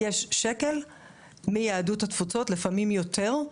יש שקל מיהדות התפוצות ולפעמים יותר,